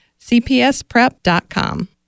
cpsprep.com